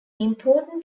important